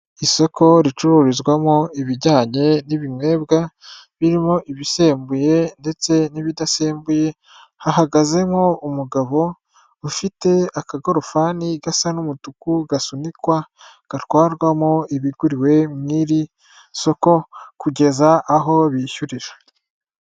Isoko ricururizwamo ibijyanye n'ibinyobwa birimo ibisembuye ndetse n'ibidasembuye, hahagazemo umugabo ufite akagorofani gasa n'umutuku gasunikwa gatwarwamo ibiguriwe muri iri soko kugeza aho bishyurira.